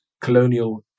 colonial